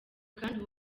kandi